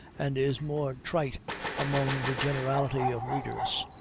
and is more trite among the generality of readers